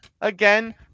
again